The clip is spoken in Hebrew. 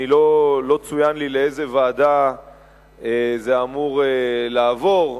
לא צוין לי לאיזו ועדה זה אמור לעבור.